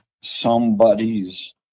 somebody's